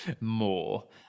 more